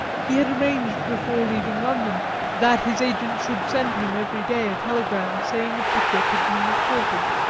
he had arranged before leaving london that his agent should send him every day a telegram saying if the ship had been reported.